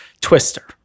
Twister